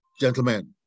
Gentlemen